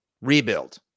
rebuild